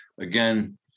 Again